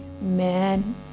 man